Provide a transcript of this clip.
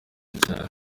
cyane